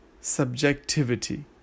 subjectivity